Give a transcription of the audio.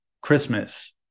Christmas